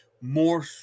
more